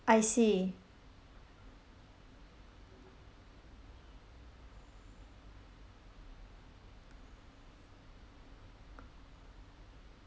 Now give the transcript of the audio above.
I see